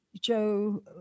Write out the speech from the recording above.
Joe